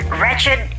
wretched